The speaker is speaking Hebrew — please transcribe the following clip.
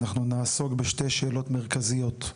אנחנו נעסוק בשתי שאלות מרכזיות,